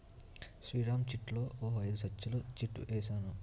శ్రీరామ్ చిట్లో ఓ ఐదు నచ్చలు చిట్ ఏసాను